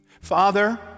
Father